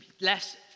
less